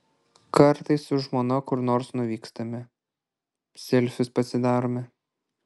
kartais su žmona kur nors nuvykstame selfius pasidarome